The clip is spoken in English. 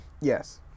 Yes